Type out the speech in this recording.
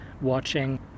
watching